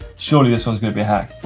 surely this one's gonna be a hack.